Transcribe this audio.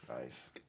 Nice